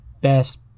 best